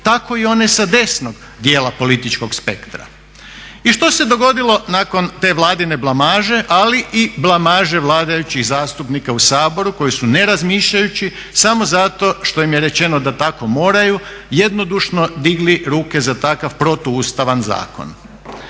tako i one sa desnog djela političkog spektra. I što se dogodilo nakon te Vladine blamaže, ali i blamaže vladajućih zastupnika u Saboru koji su ne razmišljajući samo zato što im je rečeno da tako moraju jednodušno digli ruke za takav protuustavan zakon?